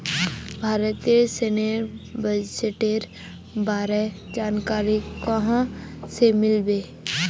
भारतेर सैन्य बजटेर बारे जानकारी कुहाँ से मिल बे